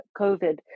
COVID